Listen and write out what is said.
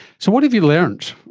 so what have you learnt?